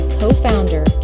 co-founder